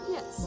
Yes